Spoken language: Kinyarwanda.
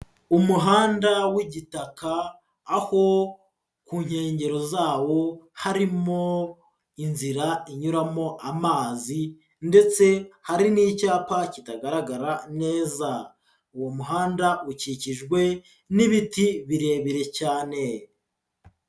Umuhanda w'igitaka aho ku nkengero zawo harimo inzira inyuramo amazi ndetse hari n'icyapa kitagaragara neza. Uwo muhanda ukikijwe n'ibiti birebire cyane.